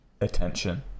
attention